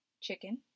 chicken